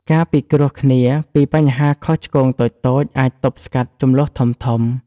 ការពិគ្រោះគ្នាពីបញ្ហាខុសឆ្គងតូចៗអាចទប់ស្កាត់ជម្លោះធំៗ។